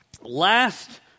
last